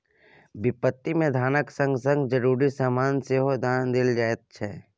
बिपत्ति मे धनक संग संग जरुरी समान सेहो दान देल जाइ छै